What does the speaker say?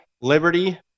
Liberty